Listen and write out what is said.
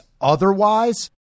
otherwise